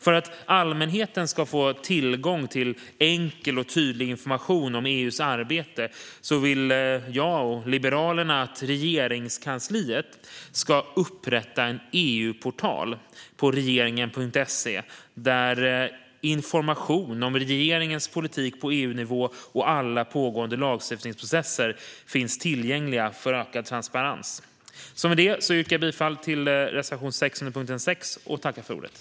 För att allmänheten ska få tillgång till enkel och tydlig information om EU:s arbete vill jag och Liberalerna att Regeringskansliet ska upprätta en EU-portal på regeringen.se, där information om regeringens politik på EU-nivå och alla pågående lagstiftningsprocesser finns tillgänglig. Det skulle skapa ökad transparens. Med detta yrkar jag alltså bifall till reservation 6 under punkt 6.